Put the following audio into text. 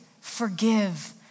forgive